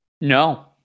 No